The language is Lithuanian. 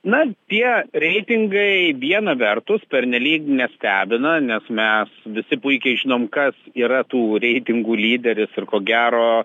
na tie reitingai viena vertus pernelyg nestebina nes mes visi puikiai žinom kas yra tų reitingų lyderis ir ko gero